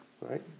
Right